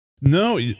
No